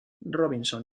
robinson